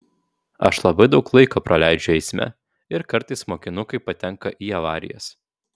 aš labai daug laiko praleidžiu eisme ir kartais mokinukai patenka į avarijas